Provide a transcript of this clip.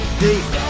date